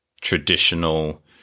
traditional